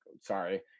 sorry